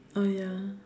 oh ya